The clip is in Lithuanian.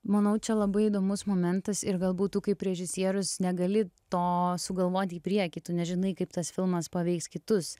manau čia labai įdomus momentas ir galbūt tu kaip režisierius negali to sugalvoti į priekį tu nežinai kaip tas filmas paveiks kitus